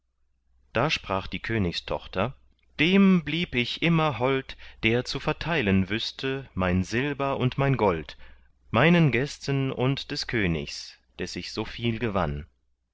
da sprach die königstochter dem blieb ich immer hold der zu verteilen wüßte mein silber und mein gold meinen gästen und des königs des ich so viel gewann